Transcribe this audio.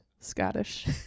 scottish